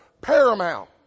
paramount